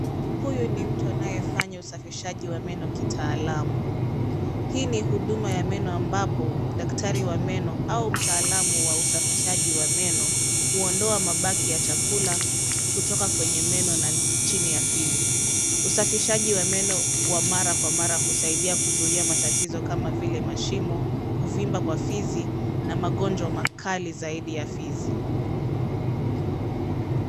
Huyu ni mtu anayefanya usafishaji wa meno kitaalamu. Hii ni huduma ya meno ambapo daktari wa meno au mtaalamu wa usafishaji wa meno huondoa mabaki ya chakula kutoka kwenye meno na chini ya fizi. Usafishaji wa meno wa mara kwa mara husaidia kuzuia matatizo kama vile mashimo, kuvimba kwa fizi na magonjwa makali zaidi ya fizi.